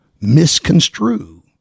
misconstrue